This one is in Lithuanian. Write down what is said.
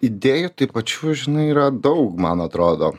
idėjų tai pačių žinai yra daug man atrodo